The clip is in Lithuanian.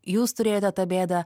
jūs turėjote tą bėdą